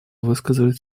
высказать